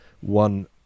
one